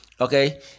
Okay